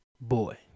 Boy